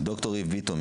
ד"ר איב ביטון,